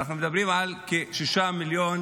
ואנחנו מדברים על כשישה מיליון